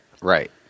Right